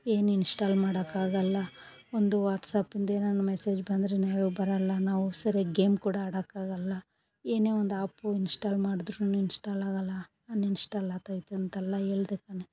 ಏನು ಇನ್ಸ್ಟಾಲ್ ಮಾಡೋಕ್ ಆಗಲ್ಲ ಒಂದು ವಾಟ್ಸ್ಆ್ಯಪ್ ಮುಂದೆ ಏನಾನ ಮೆಸೇಜ್ ಬಂದ್ರೆ ಬರಲ್ಲ ನಾವು ಸರಿಯಾಗಿ ಗೇಮ್ ಕೂಡ ಆಡೋಕ್ಕಾಗಲ್ಲ ಏನೇ ಒಂದು ಆ್ಯಪು ಇನ್ಸ್ಟಾಲ್ ಮಾಡಿದ್ರು ಇನ್ಸ್ಟಾಲ್ ಆಗಲ್ಲ ಅನ್ಇನ್ಸ್ಟಾಲ್ ಆತೈತೆ ಅಂತೆಲ್ಲ ಹೇಳ್ದೆ ಕಣೆ